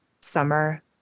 summer